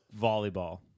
volleyball